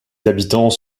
habitants